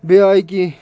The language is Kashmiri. بیٚیہِ آیہِ کیٚنٛہہ